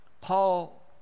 Paul